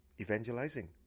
evangelizing